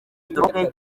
stroke